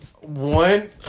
one